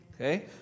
Okay